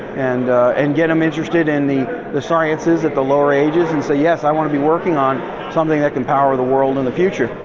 and and get them interested in the the sciences at the lower ages and say, yes, i want to be working on something that can power the world in the future.